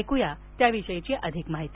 ऐक्या त्याविषयी अधिक माहिती